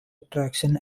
attraction